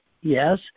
Yes